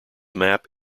map